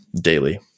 daily